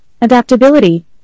adaptability